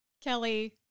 kelly